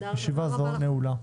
ישיבה זו נעולה.